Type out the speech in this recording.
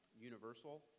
universal